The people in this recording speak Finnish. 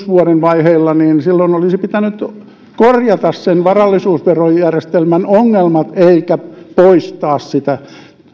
vuoden kaksituhattakuusi vaiheilla olisi pitänyt korjata sen varallisuusverojärjestelmän ongelmat eikä poistaa sitä